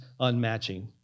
unmatching